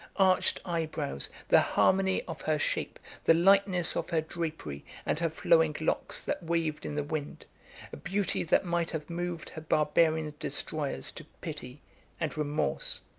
arched eyebrows, the harmony of her shape, the lightness of her drapery, and her flowing locks that waved in the wind a beauty that might have moved her barbarian destroyers to pity and remorse.